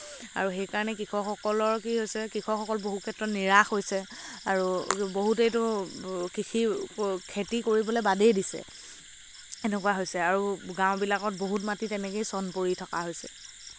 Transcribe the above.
আৰু সেইকাৰণে কৃষকসকলৰ কি হৈছে কৃষকসকল বহু ক্ষেত্ৰত নিৰাশ হৈছে আৰু বহুতেইটো কৃষি খেতি কৰিবলৈ বাদেই দিছে এনেকুৱা হৈছে আৰু গাওঁ বিলাকত বহু মাটি তেনেকেই চন পৰি থকা হৈছে